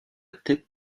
tête